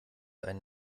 einen